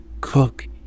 cook